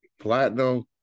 platinum